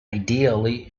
ideally